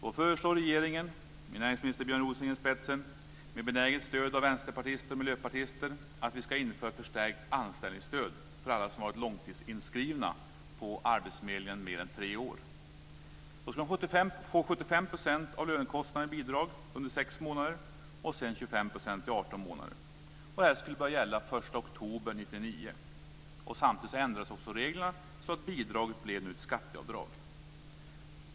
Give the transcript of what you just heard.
Då föreslog regeringen genom Björn Rosengren, med benäget stöd av vänsterpartister och miljöpartister, att vi ska införa förstärkt anställningsstöd för alla som har varit långtidsinskrivna vid arbetsförmedlingen mer än tre år. De skulle få 75 % av lönekostnaden i bidrag under sex månader och sedan 25 % i 18 månader. Detta skulle börja gälla den 1 oktober 1999. Samtidigt ändrades reglerna så att bidraget blev ett skatteavdrag.